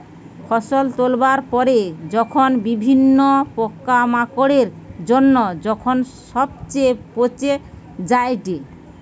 ফসল তোলার পরে যখন বিভিন্ন পোকামাকড়ের জন্য যখন সবচে পচে যায়েটে